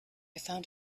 found